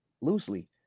loosely